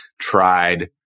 tried